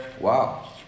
wow